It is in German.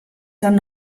dann